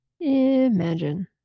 Imagine